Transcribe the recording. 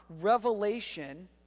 revelation—